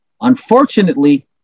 Unfortunately